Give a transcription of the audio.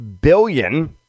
billion